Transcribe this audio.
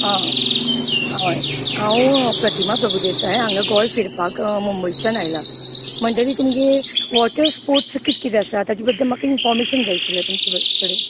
हय हांव प्रतीमा प्रभुदेसाय हांगां गोंय फिरपाक मुंबयच्यान आयलां म्हणटगीर तुमगे वॉटर स्पोर्ट्स किदें किदें आसा ताज्या बद्दल म्हाका इनफोमेशन जाय आशिल्ले तुमचे कडेन